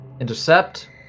Intercept